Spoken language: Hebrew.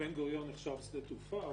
שבן גוריון נחשב שדה תעופה,